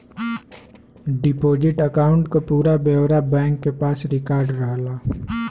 deposit account क पूरा ब्यौरा बैंक के पास रिकार्ड रहला